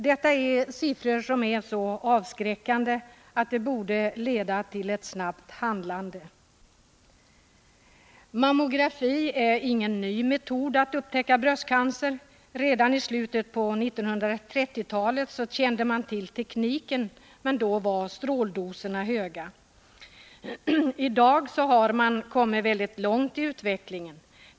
Dessa siffror är så avskräckande att de borde leda till ett snabbt handlande. Mammografi är ingen ny metod att upptäcka bröstcancer. Redan islutet på 1930-talet kände man till tekniken, men då var stråldoserna höga. I dag har man kommit väldigt långt i utvecklingen.